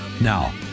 Now